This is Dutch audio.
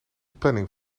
planning